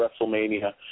WrestleMania